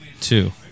Two